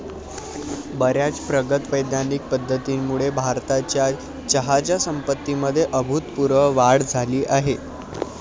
बर्याच प्रगत वैज्ञानिक पद्धतींमुळे भारताच्या चहाच्या संपत्तीमध्ये अभूतपूर्व वाढ झाली आहे